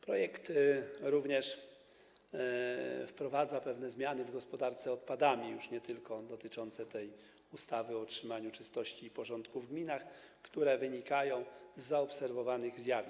Projekt również wprowadza pewne zmiany w zakresie gospodarki odpadami - już nie tylko te dotyczące ustawy o trzymaniu czystości i porządku w gminach - które wynikają z zaobserwowanych zjawisk.